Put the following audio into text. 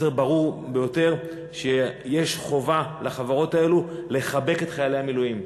מסר ברור ביותר שיש חובה לחברות האלה לחבק את חיילי המילואים.